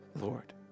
Lord